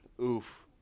Oof